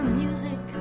music